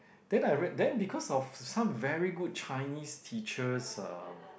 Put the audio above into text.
then I read then because of some very good Chinese teachers are